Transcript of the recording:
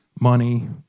money